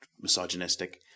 misogynistic